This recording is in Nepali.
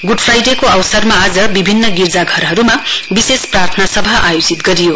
गुड फ्राइडेको अवसरमा आज विभिन्न गिर्जाघरहरूमा विशेष प्रार्थना सभा आयोजित गरियो